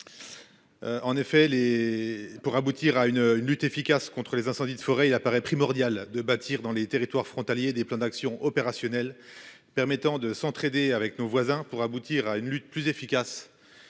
En effet les pour aboutir à une une lutte efficace contre les incendies de forêt, il apparaît primordial de bâtir dans les territoires frontaliers des plans d'action opérationnelles permettant de s'entraider avec nos voisins pour aboutir à une lutte plus efficace.